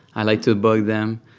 i like to bug them.